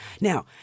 Now